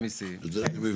את זה אני מבין.